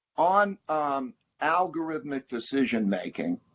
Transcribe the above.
on algorithmic decision-making,